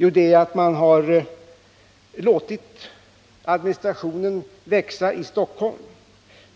Jo, det är att man låtit administrationen växa i Stockholm